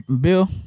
Bill